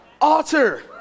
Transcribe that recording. altar